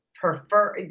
prefer